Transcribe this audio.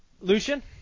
Lucian